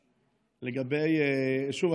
שוב,